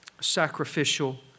Sacrificial